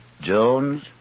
Jones